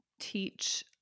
teach